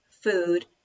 Food